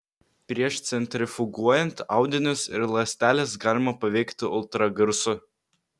prieš centrifuguojant audinius ir ląsteles galima paveikti ultragarsu